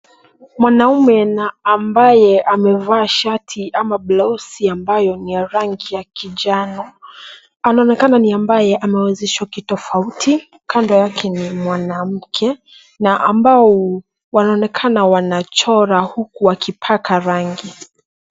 Mwanaume na ambaye amevaa shati ama blausi ambayo ni ya rangi ya kinjano anaonekana ni ambaye amewezeshwa kitofauti kando yake ni mwanamke ana ambao wanaonekana wanachora huku wakipaka rangi.